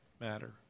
matter